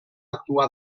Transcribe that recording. actuar